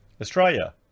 Australia